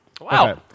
Wow